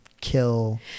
kill